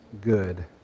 good